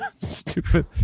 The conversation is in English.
Stupid